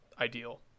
ideal